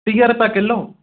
टीह रुपया किलो